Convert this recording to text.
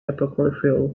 apocryphal